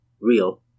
real